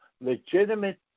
legitimate